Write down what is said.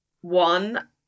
one